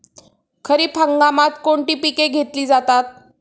खरीप हंगामात कोणती पिके घेतली जातात?